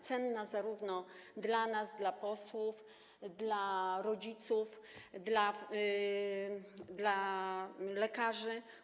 Cenna zarówno dla nas, dla posłów, jak i dla rodziców i dla lekarzy.